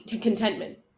contentment